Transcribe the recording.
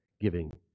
giving